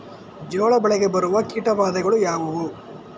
ಜೋಳದ ಬೆಳೆಗೆ ಬರುವ ಕೀಟಬಾಧೆಗಳು ಯಾವುವು?